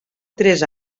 tres